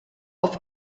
auf